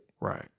Right